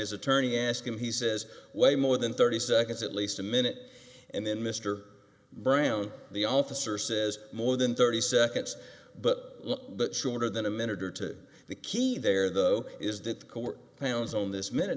his attorney ask him he says way more than thirty seconds at least a minute and then mr brown the officer says more than thirty seconds but but shorter than a minute or to the key there though is that the court pounds on this minute